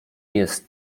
jest